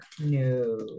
No